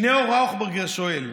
שניאור ראוכברגר שואל: